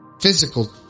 physical